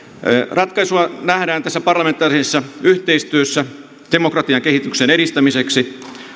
ratkaisuna nähdään tässä parlamentaarisessa yhteistyössä demokratian kehityksen edistämiseksi